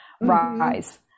rise